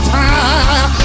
time